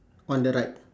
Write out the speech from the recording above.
on the right